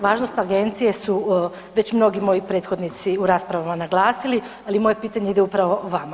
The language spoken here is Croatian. Važnost agencije su već mnogi moji prethodnici u raspravama naglasili, ali moje pitanje ide upravo vama.